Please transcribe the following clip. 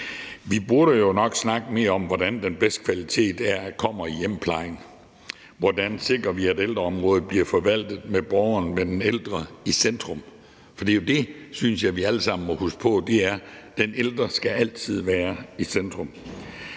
Vi burde jo nok snakke mere om, hvordan den bedste kvalitet kommer i hjemmeplejen, og hvordan vi sikrer, at ældreområdet bliver forvaltet med borgeren og med den ældre i centrum. Det er jo det, synes jeg, vi alle sammen må huske på: Den ældre skal altid være i centrum.